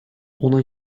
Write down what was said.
ona